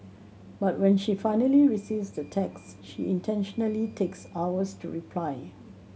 but when she finally receives the text she intentionally takes hours to reply